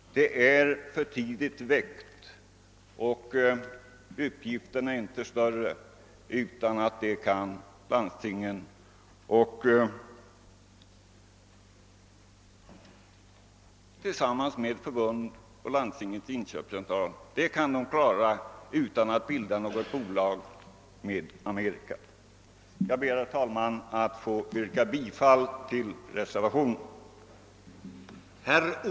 Det är för tidigt väckt, och uppgifterna är inte större än att landstingen tillsammans med Landstingsförbundet och Landstingens inköpscentral kan klara dem utan något samarbete med ett amerikanskt bolag. Herr talman! Jag ber att få yrka bifall till reservationen 4.